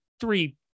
three